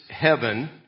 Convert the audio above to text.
heaven